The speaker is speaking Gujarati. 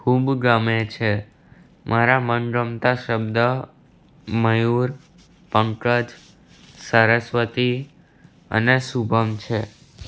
ખૂબ ગમે છે મારા મનગમતા શબ્દ મયુર પંકજ સરસ્વતી અને શુભમ છે